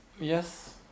yes